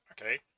okay